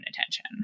attention